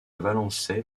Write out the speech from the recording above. valençay